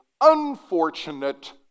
unfortunate